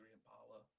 Impala